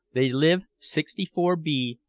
they live sixty four b,